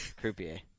Croupier